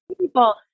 people